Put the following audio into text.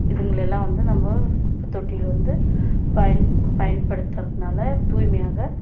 இதுங்களெல்லாம் வந்து நம்ம குப்பை தொட்டியில வந்து பயன் பயன்படுத்துகிறதுனால தூய்மையாக